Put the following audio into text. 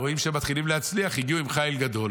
רואים שמתחילים להצליח, הגיעו עם חיל גדול